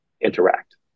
interact